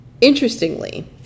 Interestingly